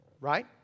Right